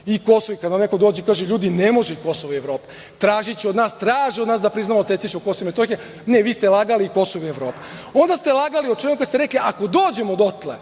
i posle kada vam neko dođe i kaže – ljudi, ne može Kosovo i Evropa tražiće od nas, traže od nas da priznamo secesiju Kosova i Metohije, ne vi ste lagali i Kosovo i Evropa, a onda ste lagali kada ste rekli – ako dođemo dotle,